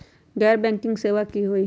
गैर बैंकिंग सेवा की होई?